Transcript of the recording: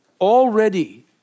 Already